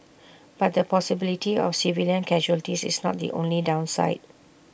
but the possibility of civilian casualties is not the only downside